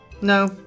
No